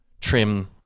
trim